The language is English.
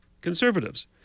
conservatives